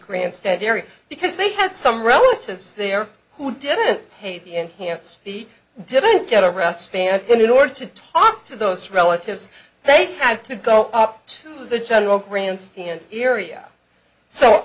grandstand area because they had some relatives there who didn't pay the enhanced he didn't get a rest ban and in order to talk to those relatives they have to go up to the general grandstand area so